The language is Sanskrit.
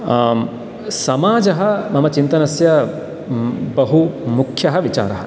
समाजः मम चिन्तनस्य बहु मुख्यः विचारः